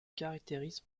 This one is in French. caractérise